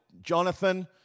Jonathan